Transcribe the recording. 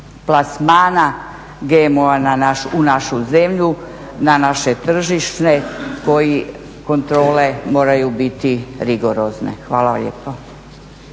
plasmana GMO-a u našu zemlju na naše tržište, koji kontrole moraju biti rigorozne. Hvala vam lijepo.